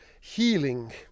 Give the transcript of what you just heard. healing